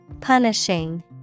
Punishing